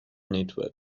network